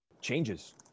changes